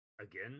again